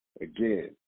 Again